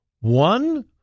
one